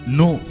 no